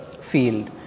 field